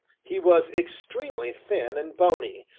he was extremely thin and bony,